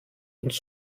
uns